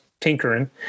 tinkering